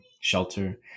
shelter